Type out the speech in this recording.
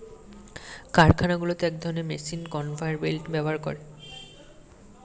কারখানাগুলোতে এক ধরণের মেশিন কনভেয়র বেল্ট ব্যবহার করে